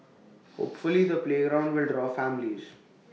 hopefully the playground will draw families